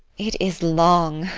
it is long,